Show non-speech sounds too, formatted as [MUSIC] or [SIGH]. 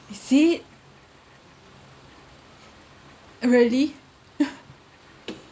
is it really [LAUGHS]